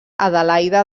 adelaida